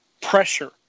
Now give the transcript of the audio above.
pressure